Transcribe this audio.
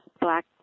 black